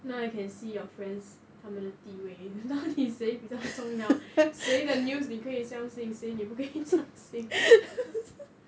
now you can see your friends 他们的地位那里谁比较重要谁的 news 你可以相信谁你不可以相信